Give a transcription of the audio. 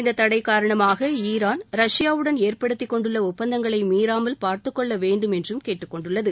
இந்த தடை காரணமாக ஈரான் ரஷ்பாவுடன் ஏற்படுத்திக் கொண்டுள்ள ஒப்பந்தங்களை மீறாமல் பார்த்துக்கொள்ள வேண்டும் என்று கேட்டுக்கொண்டுள்ளது